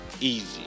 easy